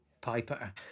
Piper